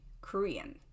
Korean